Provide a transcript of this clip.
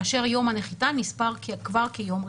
כאשר יום הנחיתה נספר כבר כיום ראשון.